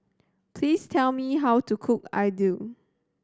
please tell me how to cook idly